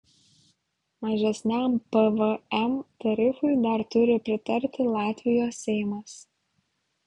mažesniam pvm tarifui dar turi pritarti latvijos seimas